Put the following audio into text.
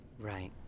Right